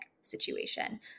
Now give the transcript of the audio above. situation